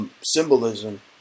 symbolism